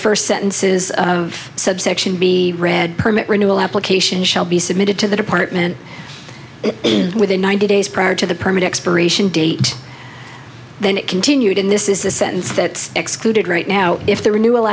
first sentences of subsection be read permit renewal application shall be submitted to the department and within ninety days prior to the permit expiration date then it continued in this is a sentence that excluded right now if the renew